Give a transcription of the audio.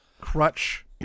crutch